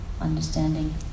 understanding